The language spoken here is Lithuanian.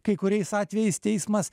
kai kuriais atvejais teismas